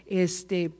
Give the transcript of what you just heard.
este